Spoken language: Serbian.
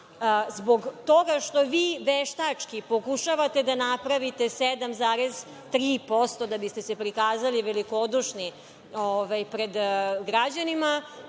Zbog toga što vi veštački pokušavate da napravite 7,3% da biste se prikazali velikodušni pred građanima,